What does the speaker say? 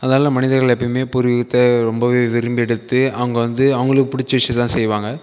அதால மனிதர்கள் எப்பையும் பூர்வீகத்தை ரொம்பவே விரும்பி எடுத்து அவங்க வந்து அவர்களுக்கு பிடிச்ச விஷயத்தை தான் செய்வாங்க